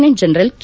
ನೆಂಟ್ general K